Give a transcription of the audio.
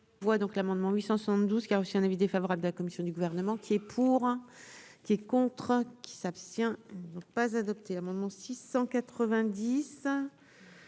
Donc l'amendement 872 qui a reçu un avis défavorable de la commission du gouvernement qui est. Pour qui est contre qui s'abstient donc pas adopter un moment 690